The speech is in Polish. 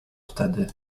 wtedy